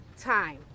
time